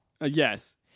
yes